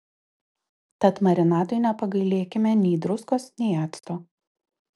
tad marinatui nepagailėkime nei druskos nei acto